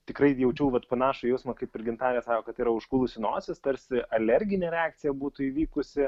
tikrai jaučiau vat panašų jausmą kaip ir gintarė sako kad yra užgulusi nosis tarsi alerginė reakcija būtų įvykusi